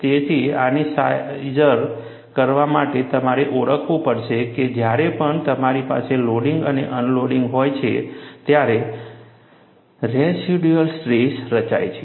તેથી આની સાઈજર કરવા માટે તમારે ઓળખવું પડશે કે જ્યારે પણ તમારી પાસે લોડિંગ અને અનલોડિંગ હોય છે ત્યારે રેસિડ્યુઅલ સ્ટ્રેસ રચાય છે